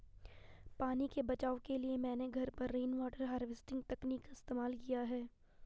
पानी के बचाव के लिए मैंने घर पर रेनवाटर हार्वेस्टिंग तकनीक का इस्तेमाल किया है